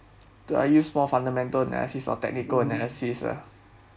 do I use for fundamental analysis or technical analysis uh